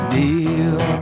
deal